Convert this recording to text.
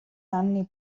anni